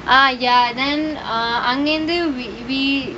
ah ya then uh அங்கயிருந்து:angayirunthu we